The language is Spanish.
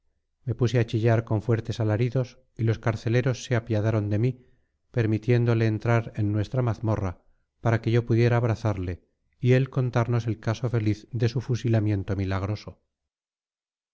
me puse a chillar con fuertes alaridos y los carceleros se apiadaron de mí permitiéndole entrar en nuestra mazmorra para que yo pudiera abrazarle y él contarnos el caso feliz de su fusilamiento milagroso